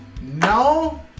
No